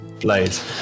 blades